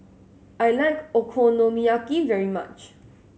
I like Okonomiyaki very much